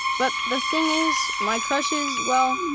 but the thing is, my crushes, well,